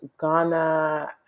Ghana